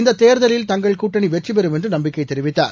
இந்தத் தேர்தலில் தங்கள் கூட்டணி வெற்றிபெறும் என்று நம்பிக்கை தெரிவித்தார்